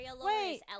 Wait